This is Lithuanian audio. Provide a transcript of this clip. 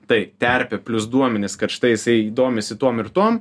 tai terpė plius duomenys kad štai jisai domisi tuom ir tuom